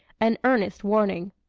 and earnest warning.